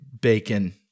bacon